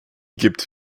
gibt